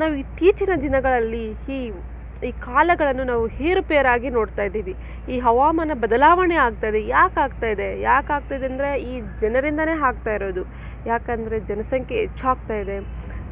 ನಾವು ಇತ್ತೀಚಿನ ದಿನಗಳಲ್ಲಿ ಈ ಈ ಕಾಲಗಳನ್ನು ನಾವು ಏರುಪೇರಾಗಿ ನೋಡ್ತ ಇದ್ದೀವಿ ಈ ಹವಾಮಾನ ಬದಲಾವಣೆ ಆಗ್ತಾ ಇದೆ ಯಾಕೆ ಆಗ್ತಾ ಇದೆ ಯಾಕೆ ಆಗ್ತಾ ಇದೆ ಅಂದರೆ ಈ ಜನರಿಂದನೇ ಆಗ್ತಾ ಇರೋದು ಯಾಕಂದರೆ ಜನಸಂಖ್ಯೆ ಹೆಚ್ಚಾಗ್ತಾ ಇದೆ